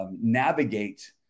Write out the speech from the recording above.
navigate